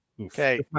Okay